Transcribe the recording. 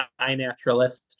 iNaturalist